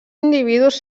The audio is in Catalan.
individus